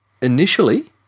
Initially